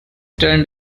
turned